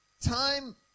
time